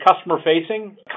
customer-facing